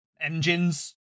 engines